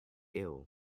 ill